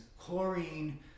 chlorine